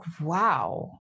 wow